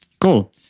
Cool